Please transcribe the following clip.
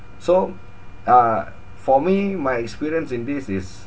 so uh for me my experience in this is